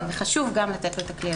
וחשוב גם לתת לו את הכלי הזה.